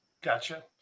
Gotcha